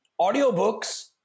audiobooks